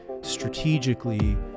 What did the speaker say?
strategically